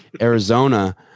Arizona